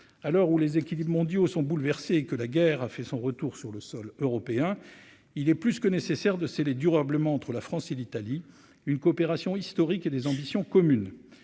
l'heure où les équilibres mondiaux sont bouleversés et que la guerre a fait son retour sur le sol européen, il est plus que nécessaire de sceller durablement entre la France et l'Italie, une coopération historique et des ambitions communes